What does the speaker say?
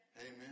Amen